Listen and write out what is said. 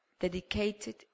dedicated